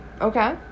Okay